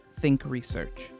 thinkresearch